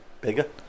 Bigger